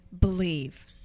believe